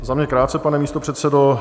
Za mě krátce, pane místopředsedo.